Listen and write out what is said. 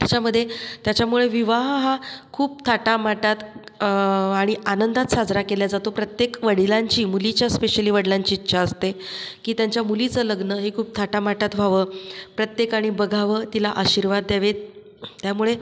त्याच्यामधे त्याच्यामुळे विवाह हा खूप थाटामाटात आणि आनंदात साजरा केला जातो प्रत्येक वडिलांची मुलीच्या स्पेशली वडलांची इच्छा असते की त्यांच्या मुलीचं लग्न हे खूप थाटामाटात व्हावं प्रत्येकाने बघावं तिला आशीर्वाद द्यावेत त्यामुळे